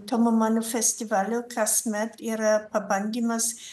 tomo mano festivalio kasmet yra pabandymas